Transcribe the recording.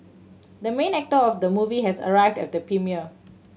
the main actor of the movie has arrived at the premiere